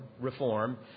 reform